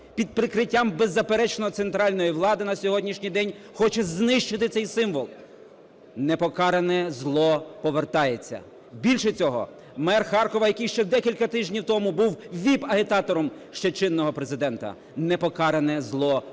під прикриттям, беззаперечно, центральної влади на сьогоднішній день хоче знищити цей символ, непокаране зло повертається. Більше цього, мер Харкова, який ще декілька тижнів тому був VIP-агітатором ще чинного Президента. Непокаране зло повертається,